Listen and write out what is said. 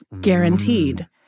Guaranteed